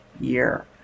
year